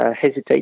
hesitate